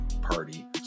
Party